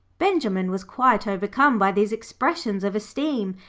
benjimen was quite overcome by these expressions of esteem,